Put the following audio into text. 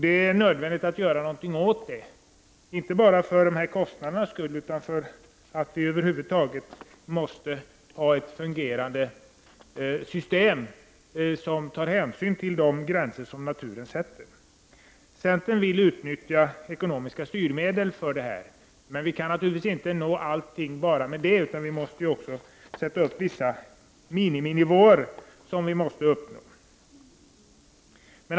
Det är nödvändigt att göra någonting åt detta, inte bara för kostnadernas skull utan för att vi över huvud taget skall få ett fungerande system som tar hänsyn till de gränser som naturen sätter. Centern vill utnyttja ekonomiska styrmedel för detta ändamål. Men vi kan naturligtvis inte uppnå allting bara med detta, utan vi måste också fastställa vissa miniminivåer som vi måste uppnå.